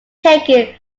taken